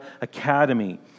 Academy